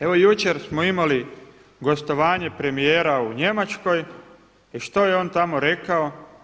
Evo jučer smo imali gostovanje premijera u Njemačkoj i što je on tamo rekao?